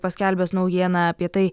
paskelbęs naujieną apie tai